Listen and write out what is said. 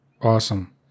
Awesome